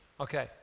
okay